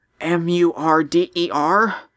m-u-r-d-e-r